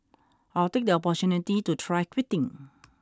I'll take the opportunity to try quitting